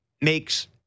makes